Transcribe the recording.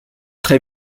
très